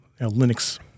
Linux